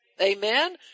Amen